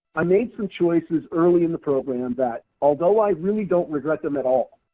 i made some choices early in the program, that although i really don't regret them at all,